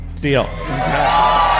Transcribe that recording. Deal